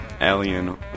alien